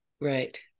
Right